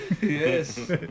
Yes